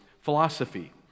philosophy